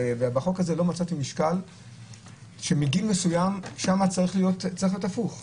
ובחוק הזה לא מצאתי שמגיל מסוים שם צריך להיות הפוך.